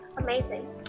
Amazing